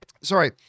Sorry